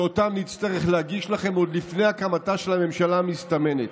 שאותם נצטרך להגיש לכם עוד לפני הקמתה של הממשלה המסתמנת,